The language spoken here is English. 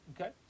okay